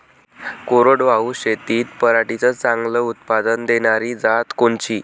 कोरडवाहू शेतीत पराटीचं चांगलं उत्पादन देनारी जात कोनची?